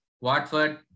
Watford